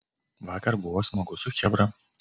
vakar buvo smagu su chebra